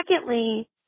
Secondly